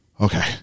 okay